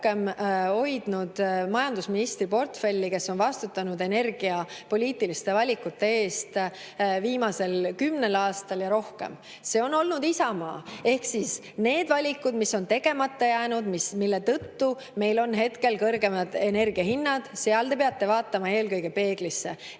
[kauem] hoidnud majandusministri portfelli, kes on vastutanud energiapoliitiliste valikute eest viimasel kümnel aastal ja [kauem]? See on olnud Isamaa. Ehk nende valikute tõttu, mis on tegemata jäänud ja mille tõttu meil on hetkel kõrgemad energiahinnad, peate te vaatama peeglisse.